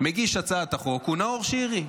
מגיש הצעת החוק הוא נאור שירי.